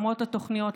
למרות התוכניות,